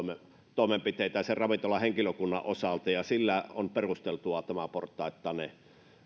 toimenpiteitä sen ravintolahenkilökunnan osalta ja sillä on perusteltua tämä portaittainen